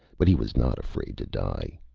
but he was not afraid to die.